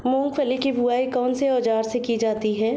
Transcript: मूंगफली की बुआई कौनसे औज़ार से की जाती है?